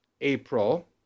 April